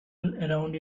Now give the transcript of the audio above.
around